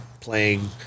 playing